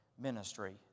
ministry